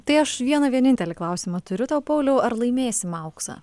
tai aš vieną vienintelį klausimą turiu tau pauliau ar laimėsim auksą